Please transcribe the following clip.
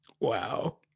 wow